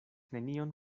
nenion